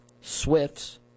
swifts